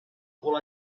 cul